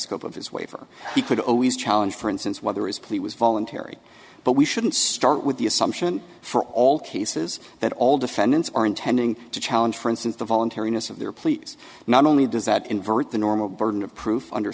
scope of his waiver he could always challenge for instance whether his plea was voluntary but we shouldn't start with the assumption for all cases that all defendants are intending to challenge for instance the voluntariness of their pleas not only does that invert the normal burden of proof under